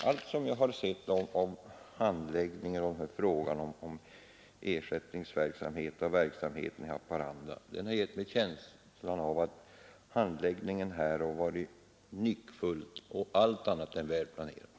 Allt jag sett av handläggningen av frågan om ersättningsverksamhet för seminariet i Haparanda har givit mig en känsla av att handläggningen varit nyckfull och allt annat än välplanerad.